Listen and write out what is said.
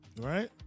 right